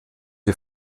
die